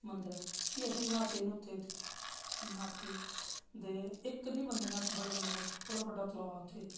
मंदर ऐ भी अस न्हाते उत्थें न्हाते ते इक्क निं बंदा न्हाता बड़े बंदे न्हाते बड़ा बड्डा तलाऽ उत्थें